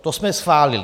To jsme schválili.